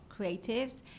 creatives